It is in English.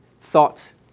thoughts